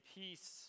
peace